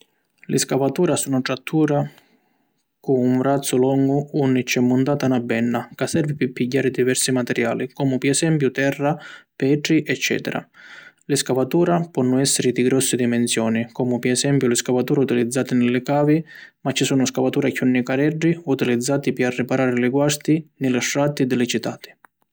Li scavatura sunnu trattura cu un vrazzu longu unni c’è muntata na benna ca servi pi pigghiari diversi materiali comu pi esempiu terra, petri, eccetera. Li scavatura ponnu essiri di grossi dimensioni comu pi esempiu li scavatura utilizzati ni li cavi ma ci sunnu scavatura chiù nicareddi utilizzati pi arriparari li guasti ni li strati di li citati.